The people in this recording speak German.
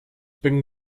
bin